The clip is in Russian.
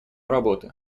работы